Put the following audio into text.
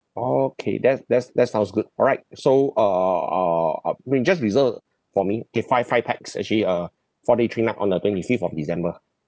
okay that's that's that sounds good all right so uh uh uh bring just reserve for me K five five pax actually uh four day three night on the twenty fifth of december ah